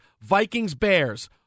Vikings-Bears